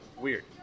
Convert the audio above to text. Weird